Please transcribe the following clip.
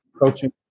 coaching